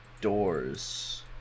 doors